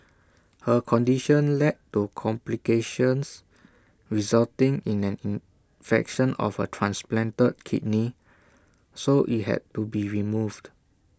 her condition led to complications resulting in an infection of her transplanted kidney so IT had to be removed